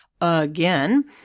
again